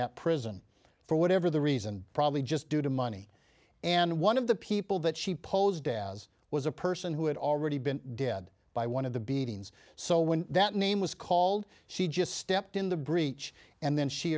that prison for whatever the reason probably just due to money and one of the people that she posed as was a person who had already been dead by one of the beatings so when that name was called she just stepped in the breach and then she